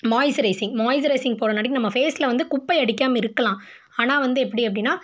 moisturising moisturising போட்டுறனாட்டிக்கி நம்ம ஃபேஸில் வந்து குப்பையை அடிக்காமல் இருக்கலாம் ஆனால் வந்து எப்படி அப்படினா